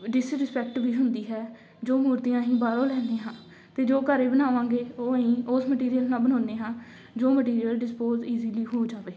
disrespect ਵੀ ਹੁੰਦੀ ਹੈ ਜੋ ਮੂਰਤੀਆਂ ਅਸੀਂ ਬਾਹਰੋਂ ਲੈਂਦੇ ਹਾਂ ਅਤੇ ਜੋ ਘਰ ਬਣਾਵਾਂਗੇ ਉਹ ਅਸੀਂ ਉਸ ਮਟੀਰੀਅਲ ਨਾਲ ਬਣਾਉਂਦੇ ਹਾਂ ਜੋ ਮਟੀਰੀਅਲ ਡਿਸਪੋਜ ਇਜੀਲੀ ਹੋ ਜਾਵੇ